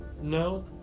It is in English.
No